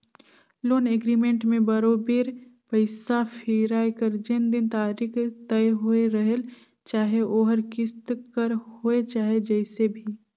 loan agreement में बरोबेर पइसा फिराए कर जेन दिन तारीख तय होए रहेल चाहे ओहर किस्त कर होए चाहे जइसे भी